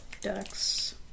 ducks